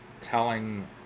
telling